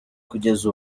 kugeza